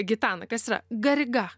gitana kas yra gariga